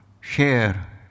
share